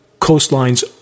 coastlines